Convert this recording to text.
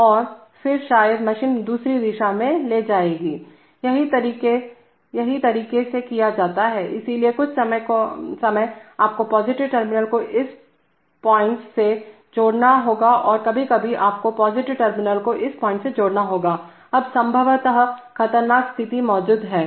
और फिर शायद मोशन दूसरी दिशा में ले जाएगी यही तरीके से किया जाता हैइसलिए कुछ समय आपको पॉजिटिव टर्मिनल को इस पॉइंटसे जोड़ना होगा और कभी कभी आपको पॉजिटिव टर्मिनल को इस पॉइंट से जोड़ना होगा अब संभवतः खतरनाक स्थिति मौजूद है